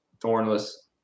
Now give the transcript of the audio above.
thornless